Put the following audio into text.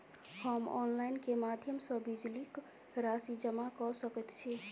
हम ऑनलाइन केँ माध्यम सँ बिजली कऽ राशि जमा कऽ सकैत छी?